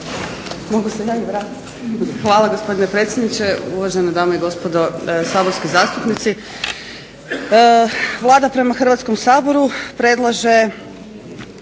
Mazal, Tamara** Hvala, gospodine predsjedniče. Uvažene dame i gospodo saborski zastupnici. Vlada prema Hrvatskom saboru predlaže